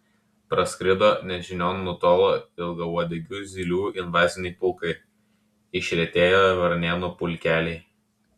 praskrido nežinion nutolo ilgauodegių zylių invaziniai pulkai išretėjo varnėnų pulkeliai